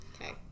Okay